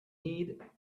need